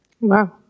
Wow